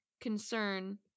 Concern